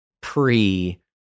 pre